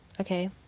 okay